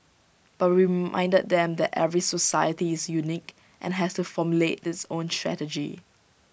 but we reminded them that every society is unique and has to formulate its own strategy